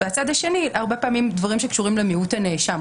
מהצד השני הרבה פעמים דברים שקשורים למיעוט הנאשם,